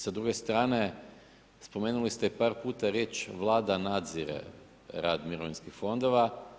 S druge strane, spomenuli ste par puta riječ Vlada nazire rad mirovinskih fondova.